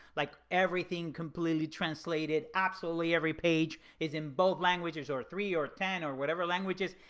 like everything completely translated. absolutely every page is in both languages or three or ten or whatever languages.